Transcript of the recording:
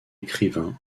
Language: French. écrivain